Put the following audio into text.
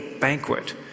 banquet